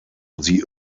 sie